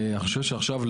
אני חושב שעכשיו,